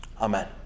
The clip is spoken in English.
Amen